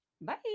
Bye